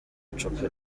icupa